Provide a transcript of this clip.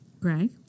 Greg